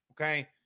Okay